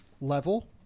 level